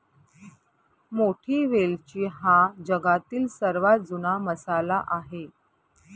मोठी वेलची हा जगातील सर्वात जुना मसाला आहे